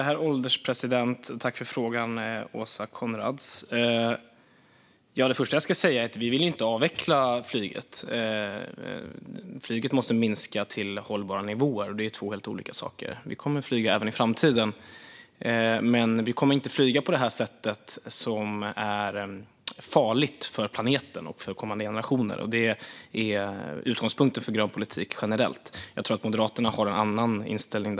Herr ålderspresident! Jag tackar Åsa Coenraads för frågan. Vi vill inte avveckla flyget, men flyget måste minska till hållbara nivåer. Det är två helt olika saker. Människor kommer att flyga även i framtiden men inte på ett sätt som är farligt för planeten och kommande generationer. Detta är utgångspunkten för grön politik generellt. Jag tror att Moderaterna har en annan inställning.